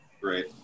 Great